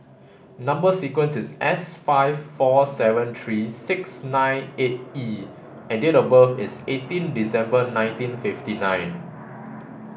number sequence is S five four seven three six nine eight E and date of birth is eighteen December nineteen fifty nine